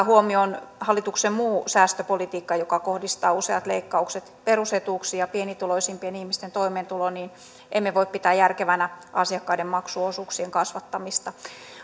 huomioon hallituksen muu säästöpolitiikka joka kohdistaa useat leikkaukset perusetuuksiin ja pienituloisimpien ihmisten toimeentuloon niin emme voi pitää järkevänä asiakkaiden maksuosuuksien kasvattamista